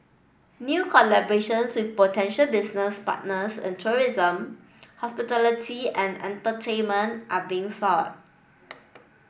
new collaborations with potential business partners in tourism hospitality and entertainment are being sought